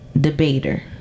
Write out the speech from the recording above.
debater